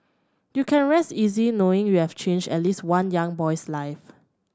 you can rest easy knowing you've changed at least one young boy's life